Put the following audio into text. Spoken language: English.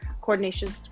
Coordination